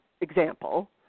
example